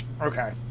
Okay